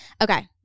Okay